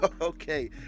okay